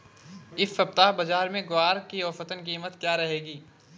इस सप्ताह बाज़ार में ग्वार की औसतन कीमत क्या रहेगी?